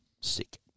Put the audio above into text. sick